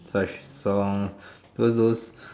such song those those